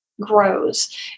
grows